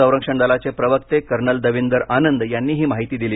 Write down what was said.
संरक्षण दलाचे प्रवक्ते कर्नल दविंदर आनंद यांनी ही माहिती दिली